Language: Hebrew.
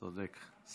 צודק.